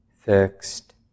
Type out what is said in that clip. fixed